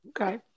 Okay